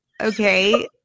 okay